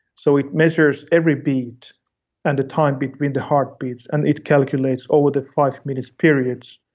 so it measures every beat and the time between the heartbeats and it calculates over the five minutes periods,